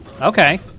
Okay